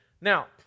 Now